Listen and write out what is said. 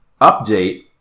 update